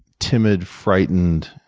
timid, frightened